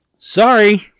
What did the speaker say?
Sorry